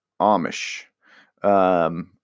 Amish